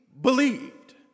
believed